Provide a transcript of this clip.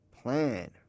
plan